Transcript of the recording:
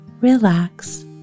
relax